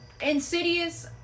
Insidious